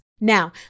Now